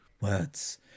words